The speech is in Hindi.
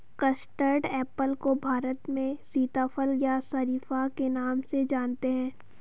कस्टर्ड एप्पल को भारत में सीताफल या शरीफा के नाम से जानते हैं